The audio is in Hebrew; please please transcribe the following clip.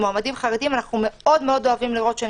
אנחנו מאוד מאוד אוהבים לראות שהם